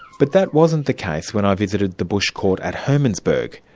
but that wasn't the case when i visited the bush court at hermannsburg,